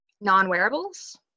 non-wearables